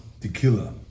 tequila